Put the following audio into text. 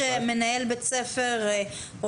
לדעתי שיקול דעת של מנהל בית ספר שיקול